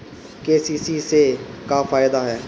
KCC से का फायदा ह?